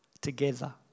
together